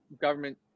government